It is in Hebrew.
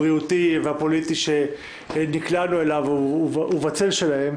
הבריאותי והפוליטי שנקלענו אליו ובצל שלהם,